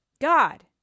God